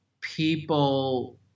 people